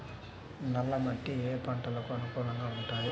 నల్ల మట్టి ఏ ఏ పంటలకు అనుకూలంగా ఉంటాయి?